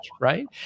right